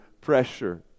pressure